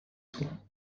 soins